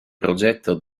progetto